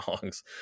songs